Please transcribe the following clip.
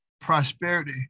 prosperity